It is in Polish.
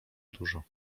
dużo